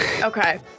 Okay